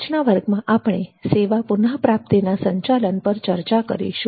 આજના વર્ગમાં આપણે સેવા પુનઃપ્રાપ્તિના સંચાલન પર ચર્ચા કરીશું